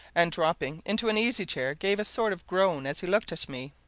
and dropping into an easy chair, gave a sort of groan as he looked at me.